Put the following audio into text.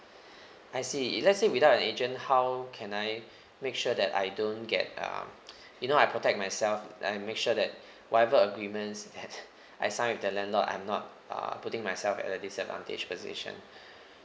I see let's say without an agent how can I make sure that I don't get um you know I protect myself I make sure that whatever agreements that I sign with the landlord I'm not uh putting myself at a disadvantage position